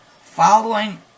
following